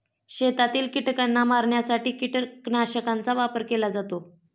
शेतातील कीटकांना मारण्यासाठी कीटकनाशकांचा वापर केला जातो